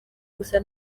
gusa